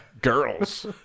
Girls